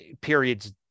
period's